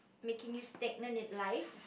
making you stagnant in life